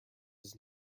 does